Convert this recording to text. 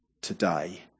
today